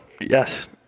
Yes